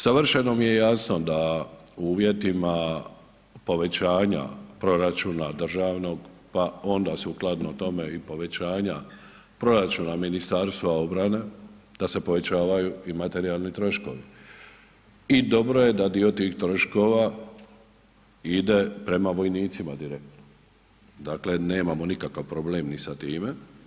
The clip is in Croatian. Savršeno mi je jasno da u uvjetima povećanja proračuna državnog pa onda sukladno tome i povećanja proračuna MORH-a, da se povećavaju i materijalni troškovi, i dobro je da dio tih troškova ide prema vojnicima direktno, dakle nemamo nikakav problem ni sa time.